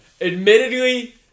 Admittedly